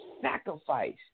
sacrifice